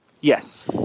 Yes